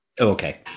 Okay